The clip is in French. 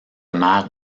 mère